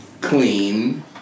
clean